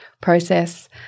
process